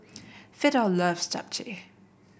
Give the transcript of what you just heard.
Fidel loves Japchae